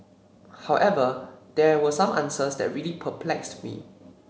however there were some answers that really perplexed me